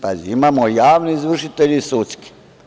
Pazi, imamo javne izvršitelje i sudske.